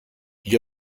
gli